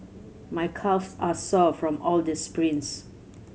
my calves are sore from all the sprints